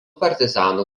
partizanų